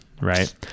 right